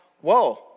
whoa